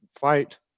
fight